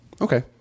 Okay